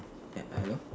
ya hello